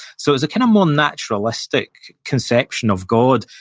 so, it was a kind of more naturalistic conception of god.